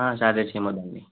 వెజ్కి ఏం వద్దండి